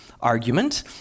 argument